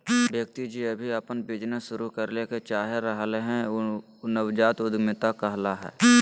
व्यक्ति जे अभी अपन बिजनेस शुरू करे ले चाह रहलय हें उ नवजात उद्यमिता कहला हय